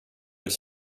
vill